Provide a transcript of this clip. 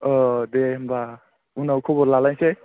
ओ दे होनबा उनाव खबर लालायनोसै